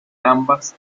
ambas